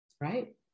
Right